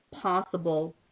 possible